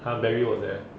!huh! barry was there